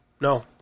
No